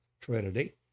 trinity